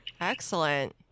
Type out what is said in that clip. Excellent